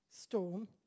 storm